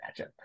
matchup